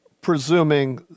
presuming